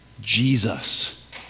Jesus